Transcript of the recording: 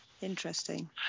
interesting